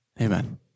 Amen